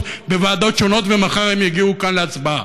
בוועדות שונות ומחר הן יגיעו לכאן להצבעה,